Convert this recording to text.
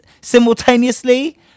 simultaneously